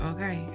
Okay